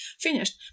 finished